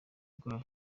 bwayo